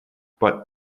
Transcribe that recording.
but